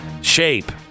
shape